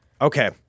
Okay